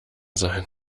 sein